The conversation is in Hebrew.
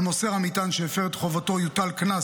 על מוסר המטען שהפר את חובתו יוטל קנס,